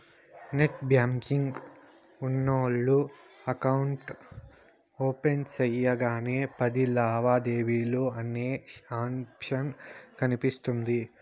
net banking ఉన్నోల్లు account open సెయ్యగానే పది లావాదేవీలు అనే ఆప్షన్ కనిపిస్తుంది